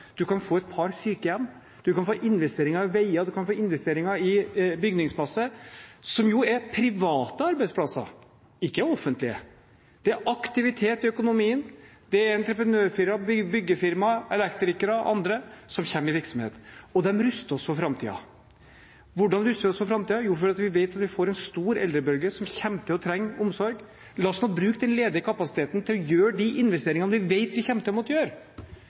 kan få et par sykehjem, man kan få investeringer i veier, man kan få investeringer i bygningsmasse – som jo er private arbeidsplasser, ikke offentlige. Det er aktivitet i økonomien – det er entreprenørfirmaer, byggefirmaer, elektrikere og andre, som kommer i virksomhet. Og de ruster oss for framtiden. Hvordan ruster vi oss for framtiden – for vi vet at vi får en stor eldrebølge som kommer til å trenge omsorg? La oss nå bruke den ledige kapasiteten til å gjøre de investeringene vi vet vi kommer til å måtte gjøre.